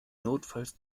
notfalls